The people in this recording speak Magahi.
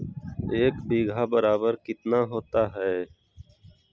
एक बीघा बराबर कितना होता है?